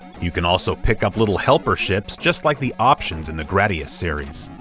you can also pick up little helper ships, just like the options in the gradius series.